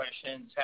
questions